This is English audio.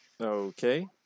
Okay